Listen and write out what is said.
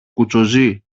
κουτσοζεί